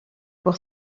pour